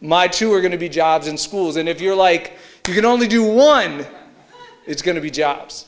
my two are going to be jobs and schools and if you're like you can only do one it's going to be jobs